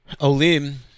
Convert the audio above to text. Olim